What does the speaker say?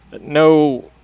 No